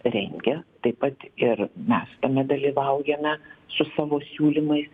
rengia taip pat ir mes tame dalyvaujame su savo siūlymais